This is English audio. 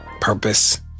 purpose